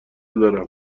دارم